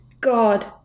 God